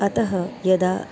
अतः यदा